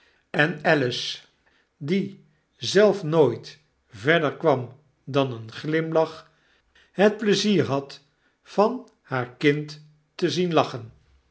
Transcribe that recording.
en alice die zelf nooit verder kwam dan een glimlach hetpleizier had van haar kind te zien lachen